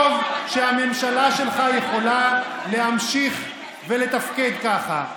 שהממשלה שלך יכולה להמשיך ולתפקד ככה.